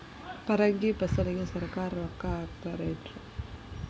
ಪರಂಗಿ ಫಸಲಿಗೆ ಸರಕಾರ ರೊಕ್ಕ ಹಾಕತಾರ ಏನ್ರಿ?